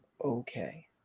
okay